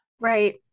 right